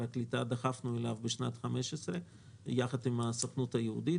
הקליטה דחפנו אליו בשנת 15 ביחד עם הסוכנות היהודית,